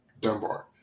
Dunbar